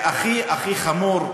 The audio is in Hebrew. והכי הכי חמור,